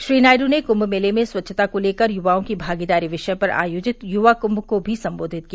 श्री नायडू ने कुंभ मेले में स्वच्छता को लेकर युवाओं की भागीदारी विषय पर आयोजित युवा कुंभ को भी संबोधित किया